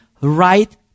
right